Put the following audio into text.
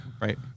right